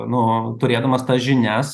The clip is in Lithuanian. nu turėdamas tas žinias